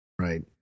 Right